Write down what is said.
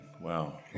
Wow